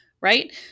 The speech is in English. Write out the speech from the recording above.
right